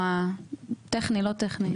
טכני לא טכני.